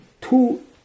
two